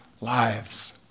lives